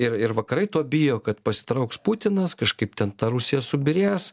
ir ir vakarai to bijo kad pasitrauks putinas kažkaip ten ta rusija subyrės